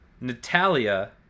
Natalia